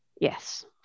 yes